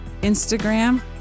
Instagram